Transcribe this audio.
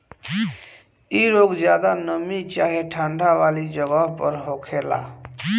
इ रोग ज्यादा नमी चाहे ठंडा वाला जगही पर होखेला